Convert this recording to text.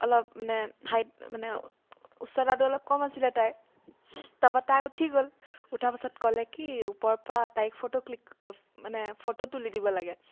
অলপ মানে হাইট মানে উচ্চতাটো অলপ কম আছিলে তাইৰ তাৰপৰা তাই উঠি গ'ল উঠা পাছত কলে কি ওপৰৰপৰা তাইক ফটো ক্লিক মানে ফটো তুলি দিব লাগে